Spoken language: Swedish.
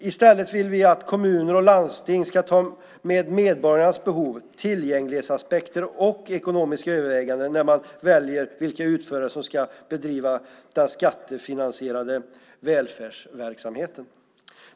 I stället vill vi att kommuner och landsting ska ta med medborgarnas behov, tillgänglighetsaspekter och ekonomiska överväganden när man väljer vilka utförare som ska bedriva den skattefinansierade välfärdsverksamheten.